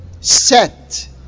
set